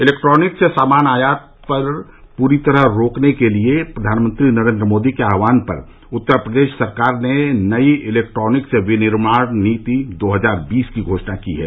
electronics सामान का आयात पूरी तरह रोकने के प्रधानमंत्री नरेन्द्र मोदी के आहवान पर उत्तर प्रदेश सरकार ने नई इलेक्ट्रॉनिक्स विनिर्माण नीति दो हजार बीस की घोषणा की है